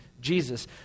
Jesus